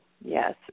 Yes